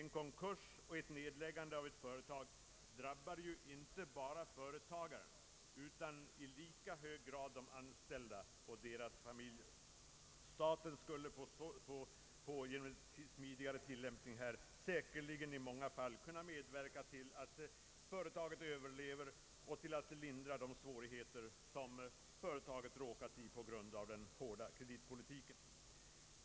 En konkurs och ett nedläggande av ett företag drabbar ju inte bara företagaren utan i lika hög grad de anställda och deras familjer. Staten skulle genom en smidigare tillämpning säkerligen i många fall kunna medverka till att företaget överlever och till att lindra de svårigheter som företaget råkat i på grund av den hårda kreditpolitiken.